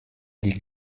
die